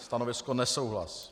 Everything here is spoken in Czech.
Stanovisko nesouhlasné.